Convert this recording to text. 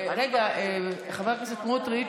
חבר הכנסת סמוטריץ',